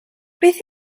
beth